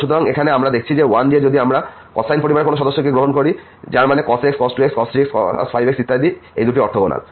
সুতরাং এখানে আমরা দেখেছি যে 1 দিয়ে যদি আমরা কোসাইন পরিবারের কোন সদস্যকে গ্রহণ করি যার মানে cos x cos 2x cos 3x cos 5x ইত্যাদি এই দুটি অর্থগোনাল